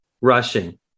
Rushing